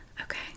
Okay